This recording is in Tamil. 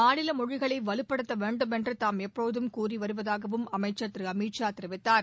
மாநில மொழிகளை வலுப்படுத்த வேண்டும் என்று தாம் எப்போதும் கூறி வருவதாகவும் அமைச்சர் திரு அமித் ஷா கூறினார்